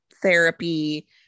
therapy